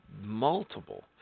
multiple